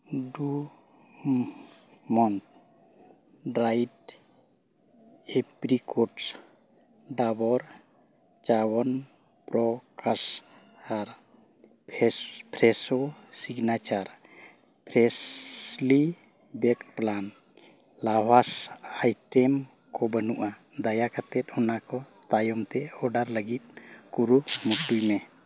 ᱰᱩ ᱢᱚᱱ dried apricots ᱰᱟᱵᱚᱨ ᱪᱚᱵᱚᱱ ᱯᱨᱳᱠᱷᱟᱥ ᱟᱨ ᱯᱷᱮᱥᱚ ᱯᱷᱨᱮᱥᱚ ᱥᱤᱜᱽᱱᱮᱪᱟᱨ ᱯᱷᱨᱮᱥᱞᱤ ᱵᱮᱴᱞᱟᱝ ᱞᱟᱵᱟᱥ ᱟᱭᱴᱮᱢ ᱠᱚ ᱵᱟᱹᱱᱩᱜᱼᱟ ᱫᱟᱭᱟ ᱠᱟᱛᱮᱫ ᱚᱱᱟ ᱠᱚ ᱛᱟᱭᱚᱢᱛᱮ ᱚᱰᱟᱨ ᱞᱟᱹᱜᱤᱫ ᱠᱩᱨᱢᱩᱴᱩᱢᱩᱭ ᱢᱮ